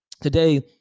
today